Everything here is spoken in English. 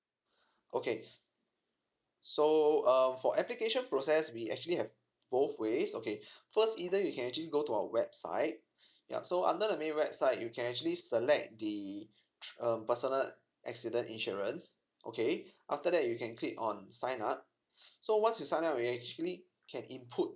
okay so um for application process we actually have both ways okay first either you can actually go to our website ya so under the main website you can actually select the thr~ um personal accident insurance okay after that you can click on sign up so once you sign up you actually can input